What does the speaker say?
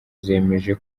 zemeje